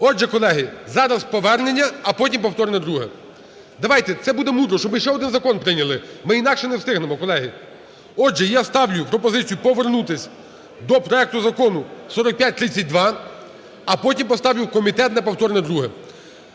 Отже, колеги, зараз повернення, а потім повторне друге. Давайте, це буде мудро, щоб ми ще один закон прийняли, бо інакше не встигнемо, колеги. Отже, я ставлю пропозицію повернутися до проекту Закону 4532, а потім поставлю в комітет на повторне друге.